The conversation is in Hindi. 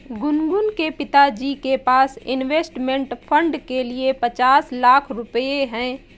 गुनगुन के पिताजी के पास इंवेस्टमेंट फ़ंड के लिए पचास लाख रुपए है